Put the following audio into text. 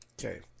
Okay